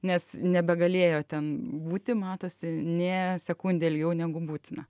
nes nebegalėjo ten būti matosi nė sekundę ilgiau negu būtina